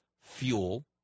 fuel